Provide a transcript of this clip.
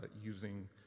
using